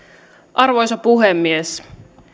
arvoisa puhemies